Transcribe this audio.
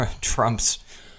Trump's